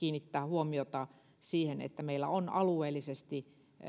kiinnittää huomiota siihen että meillä on alueellisesti